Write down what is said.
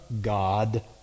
God